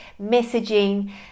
messaging